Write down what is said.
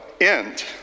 end